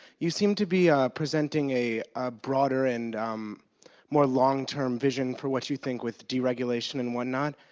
you seem to be ah presenting a ah broader and um more long term vision for what you think with deregulation and whatnot.